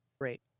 great